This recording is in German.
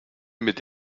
mit